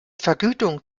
vergütung